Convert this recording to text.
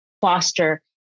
foster